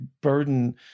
burden